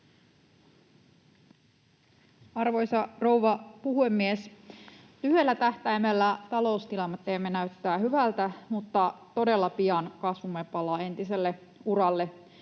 Arvoisa rouva puhemies! Lyhyellä tähtäimellä taloustilanteemme näyttää hyvältä, mutta todella pian kasvumme palaa entiselle uralle.